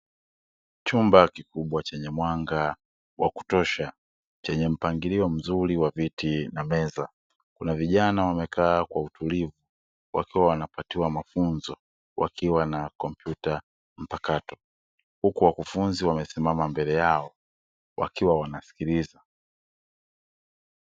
Chumba kikubwa chenye mwanga wa kutosha chenye mpangilio mzuri wa viti na meza kuna vijana wamekaa kwa utulivu wakiwa wanapatiwa mafunzo wakiwa na kompyuta mpakato huku wakufunzi wamesimama mbele yao wakiwa wanasikiliza.